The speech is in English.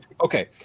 Okay